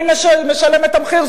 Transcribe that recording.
מי משלם את המחיר?